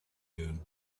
noon